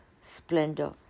splendor